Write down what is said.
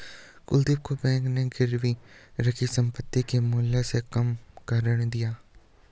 कुलदीप को बैंक ने गिरवी रखी संपत्ति के मूल्य से कम का ऋण दिया